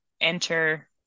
enter